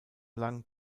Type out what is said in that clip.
lang